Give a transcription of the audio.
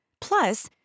Plus